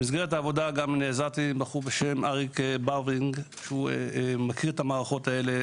במסגרת העבודה נעזרתי בבחור בשם אריק ברבינג שמכיר את המערכות האלה